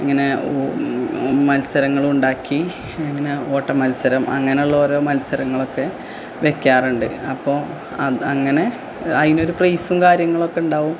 ഇങ്ങനെ മത്സരങ്ങളും ഉണ്ടാക്കി ഇങ്ങനെ ഓട്ട മത്സരം അങ്ങനെയുള്ള ഓരോ മത്സരങ്ങളൊക്കെ വയ്ക്കാറുണ്ട് അപ്പോള് അത് അങ്ങനെ അതിനൊരു പ്രൈസും കാര്യങ്ങളൊക്കെ ഉണ്ടാവും